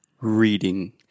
Reading